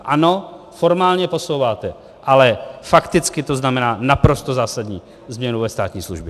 Ano, formálně posouváte, ale fakticky to znamená naprosto zásadní změnu ve státní službě.